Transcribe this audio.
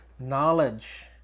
knowledge